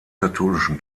katholischen